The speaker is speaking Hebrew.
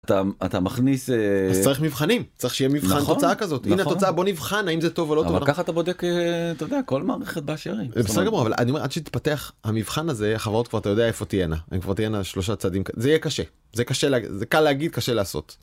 אתה מכניס... אז צריך מבחנים, צריך שיהיה מבחן תוצאה כזאת. הנה התוצאה, בוא נבחן האם זה טוב או לא טוב. אבל ככה אתה בודק, אתה יודע, כל מערכת באשר היא. בסדר גמור, אבל אני אומר עד שיתפתח המבחן הזה החברות כבר אתה יודע איפה תהיינה, הן כבר תהיינה שלושה צעדים ק... זה יהיה קשה, זה קל להגיד, קשה לעשות.